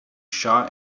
shot